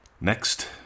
next